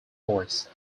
horse